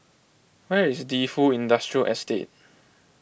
where is Defu Industrial Estate